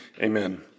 Amen